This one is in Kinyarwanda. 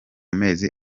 mezi